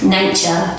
nature